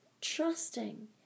trusting